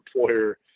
employer